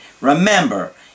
remember